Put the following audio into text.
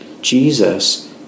Jesus